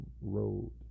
road